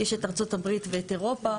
יש את ארצות הברית ואת אירופה.